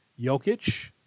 Jokic